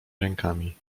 rękami